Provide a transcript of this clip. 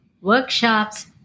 workshops